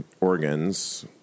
organs